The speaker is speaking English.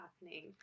happening